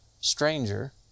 stranger